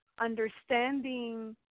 understanding